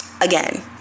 Again